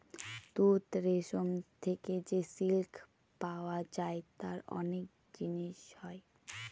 তুত রেশম থেকে যে সিল্ক পাওয়া যায় তার অনেক জিনিস হয়